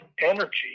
Energy